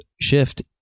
Shift